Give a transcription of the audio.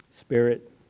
Spirit